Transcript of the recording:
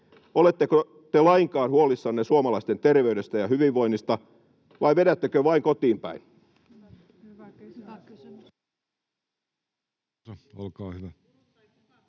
oletteko te lainkaan huolissanne suomalaisten terveydestä ja hyvinvoinnista vai vedättekö vain kotiinpäin?